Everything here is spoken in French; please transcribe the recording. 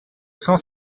cent